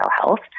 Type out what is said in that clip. Health